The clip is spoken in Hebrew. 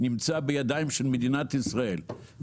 נמצא בידיים של מדינת ישראל.